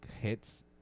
hits